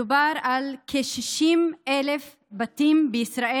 מדובר על כ-60,000 בתים בישראל.